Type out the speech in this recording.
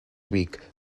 week